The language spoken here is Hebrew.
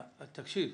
תקשיב,